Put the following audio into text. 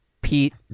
Pete